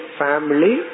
family